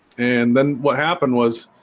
and then what happened was?